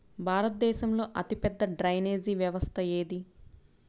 భారతదేశంలో అతిపెద్ద డ్రైనేజీ వ్యవస్థ ఏది?